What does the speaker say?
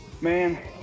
Man